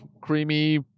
creamy